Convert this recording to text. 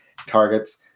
targets